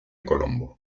colombo